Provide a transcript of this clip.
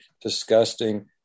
disgusting